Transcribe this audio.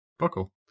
buckle